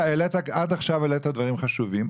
עד עכשיו העלית דברים חשובים,